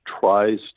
tries